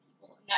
people